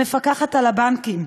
המפקחת על הבנקים,